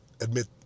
admit